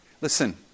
listen